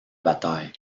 bataille